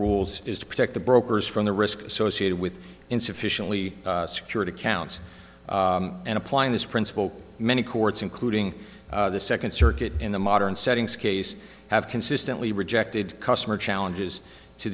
rules is to protect the brokers from the risk associated with insufficiently security counts and applying this principle many courts including the second circuit in the modern settings case have consistently rejected customer challenges to